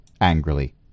angrily